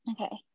Okay